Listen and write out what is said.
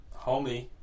homie